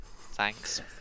Thanks